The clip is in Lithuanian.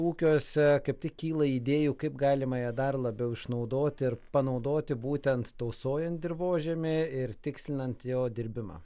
ūkiuose kaip tik kyla idėjų kaip galima ją dar labiau išnaudoti ir panaudoti būtent tausojant dirvožemį ir tikslinant jo dirbimą